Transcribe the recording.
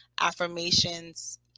affirmations